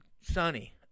sunny